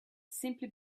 simply